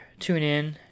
TuneIn